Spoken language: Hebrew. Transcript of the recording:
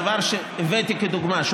הדבר שהבאתי כדוגמה,